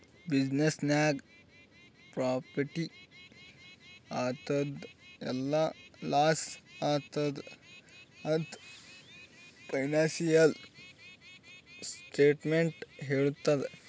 business ನಾಗ್ profit ಆತ್ತುದ್ ಇಲ್ಲಾ ಲಾಸ್ ಆತ್ತುದ್ ಅಂತ್ ಫೈನಾನ್ಸಿಯಲ್ ಸ್ಟೇಟ್ಮೆಂಟ್ ಹೆಳ್ತುದ್